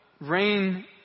rain